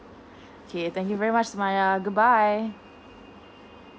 okay thank you very much sumayya goodbye